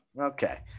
Okay